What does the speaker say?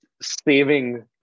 saving